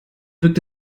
wirkt